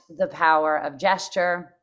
thepowerofgesture